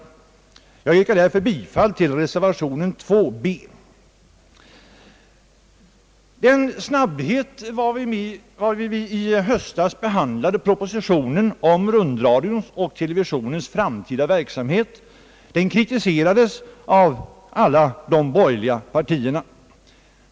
Jag yrkar därför bifall till reservation b. Den snabbhet varmed vi i höstas behandlade propositionen om rundradions och televisionens framtida verksamhet kritiserades av alla de borgerliga partierna.